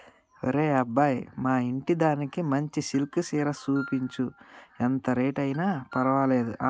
ఒరే అబ్బాయి మా ఇంటిదానికి మంచి సిల్కె సీరలు సూపించు, ఎంత రేట్ అయిన పర్వాలేదు